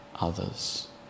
others